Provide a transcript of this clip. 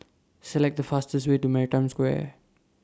Select The fastest Way to Maritime Square